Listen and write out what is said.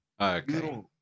Okay